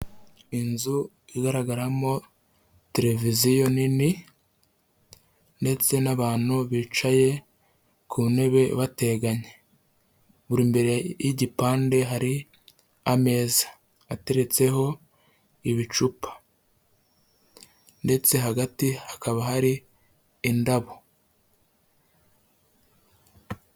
Inzu igaragaramo televiziyo nini ndetse n'abantu bicaye ku ntebe bateganye, buri mbere y'igipande hari ameza ateretseho ibicupa ndetse hagati hakaba hari indabo.